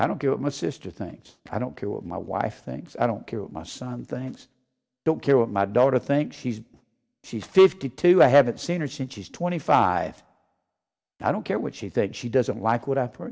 i don't get my sister things i don't care what my wife thinks i don't care what my son things don't care what my daughter thinks he's she's fifty two i haven't seen her since she's twenty five i don't care what she thinks she doesn't like what